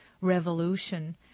revolution